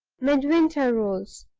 midwinter rose,